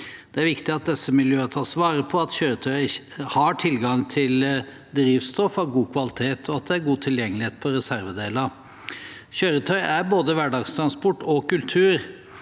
Det er viktig at disse miljøene tas vare på, at kjøretøy har tilgang til drivstoff av god kvalitet, og at det er god tilgjengelighet på reservedeler. Kjøretøy er både hverdagstransport og kultur.